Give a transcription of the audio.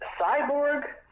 Cyborg